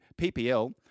PPL